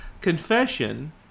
Confession